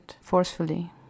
forcefully